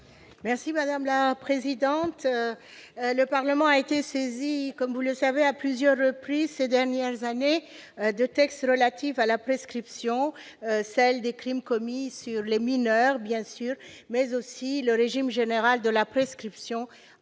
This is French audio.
Benbassa, sur l'article. Le Parlement a été saisi à plusieurs reprises ces dernières années de textes relatifs à la prescription, celle des crimes commis sur les mineurs, bien sûr, mais aussi le régime général de la prescription